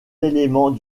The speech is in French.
éléments